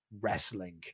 wrestling